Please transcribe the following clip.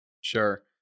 Sure